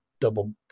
double